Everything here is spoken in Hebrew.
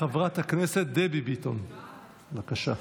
חברת הכנסת דבי ביטון, בבקשה.